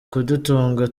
kudutunga